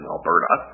Alberta